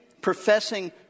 professing